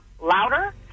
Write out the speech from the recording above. louder